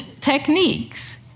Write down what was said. techniques